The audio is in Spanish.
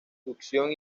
inducción